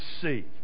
see